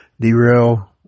Derail